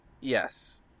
Yes